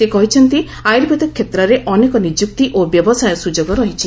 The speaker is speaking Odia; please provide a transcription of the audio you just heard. ସେ କହିଛନ୍ତି ଆୟୁର୍ବେଦ କ୍ଷେତ୍ରରେ ଅନେକ ନିଯୁକ୍ତି ଓ ବ୍ୟବସାୟ ସ୍ୱଯୋଗ ରହିଛି